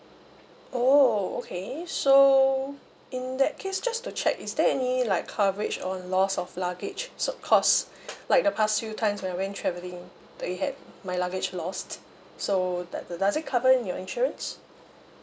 oh okay so in that case just to check is there any like coverage on loss of luggage so cause like the past few times when I went travelling they had my luggage lost so does does it cover in your insurance